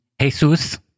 Jesus